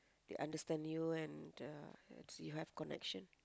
they understand you and uh that's you have connection